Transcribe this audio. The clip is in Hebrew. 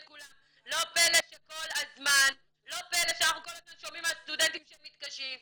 כולם" לא פלא שאנחנו כל הזמן שומעים על סטודנטים שמתקשים,